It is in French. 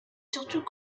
surtout